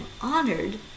honored